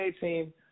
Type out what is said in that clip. team